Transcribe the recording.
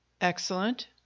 Excellent